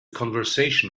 conversation